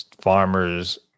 farmer's